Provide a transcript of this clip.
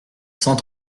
cent